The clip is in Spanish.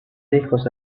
discos